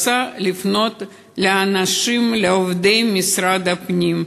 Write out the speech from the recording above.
רוצה לפנות לעובדי משרד הפנים,